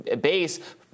base